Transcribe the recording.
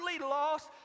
lost